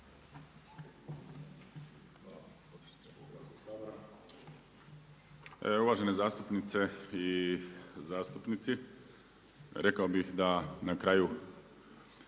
Uvažene zastupnice i zastupnici. Rekao bi da na kraju